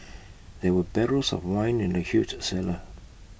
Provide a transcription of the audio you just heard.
there were barrels of wine in the huge A cellar